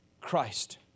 Christ